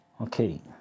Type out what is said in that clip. okay